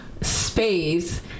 space